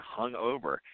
hungover